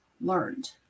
learned